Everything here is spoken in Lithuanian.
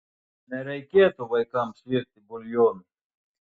nereikėtų vaikams virti buljonų